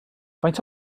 faint